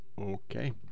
Okay